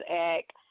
Act